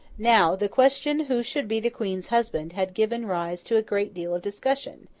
now, the question who should be the queen's husband had given rise to a great deal of discussion,